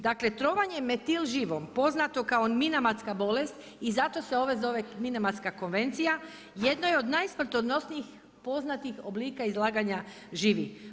Dakle trovanjem metil živom poznato kao minamatska bolest i zato se ovo zove Minamatska konvencija, jedno je od najsmrtonosnijih poznatih oblika izlaganja živi.